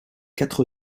quatre